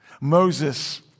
Moses